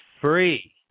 free